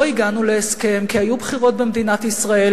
לא הגענו להסכם כי היו בחירות במדינת ישראל,